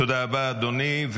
תודה רבה, אדוני.